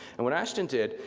and what ashton did,